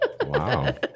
Wow